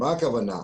מה הכוונה?